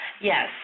Yes